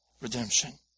redemption